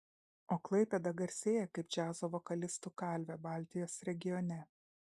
o klaipėda garsėja kaip džiazo vokalistų kalvė baltijos regione